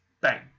bang